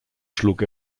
schlug